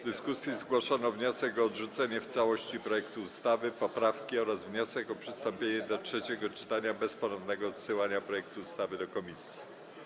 W dyskusji zgłoszono wniosek o odrzucenie w całości projektu ustawy, poprawki oraz wniosek o przystąpienie do trzeciego czytania bez ponownego odsyłania projektu ustawy do komisji.